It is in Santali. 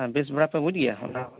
ᱵᱮᱥ ᱵᱟᱲᱟ ᱯᱮ ᱵᱩᱡᱽ ᱜᱮᱭᱟ